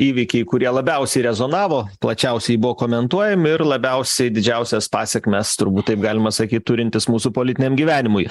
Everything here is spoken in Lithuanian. įvykiai kurie labiausiai rezonavo plačiausiai buvo komentuojami ir labiausiai didžiausias pasekmes turbūt taip galima sakyt turintys mūsų politiniam gyvenimui